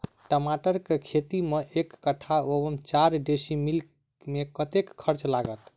टमाटर केँ खेती मे एक कट्ठा वा चारि डीसमील मे कतेक खर्च लागत?